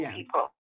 people